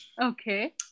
okay